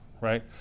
right